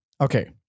Okay